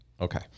Okay